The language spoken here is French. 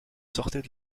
sortait